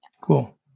cool